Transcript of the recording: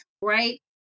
right